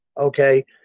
Okay